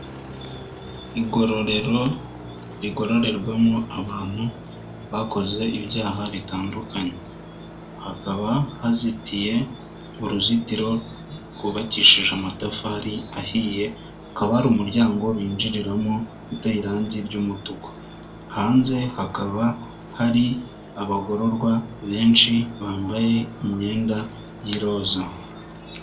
Igororero rigororerwamo abantu bakoze ibyaha bitandukanye hakaba hazitiye uruzitiro rwubakishije amatafari ahiye, hakaba hari umuryango binjiriramo uteye irange ry'umutuku, hanze hakaba hari abagororwa benshi bambaye imyenda y'iroza.